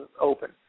open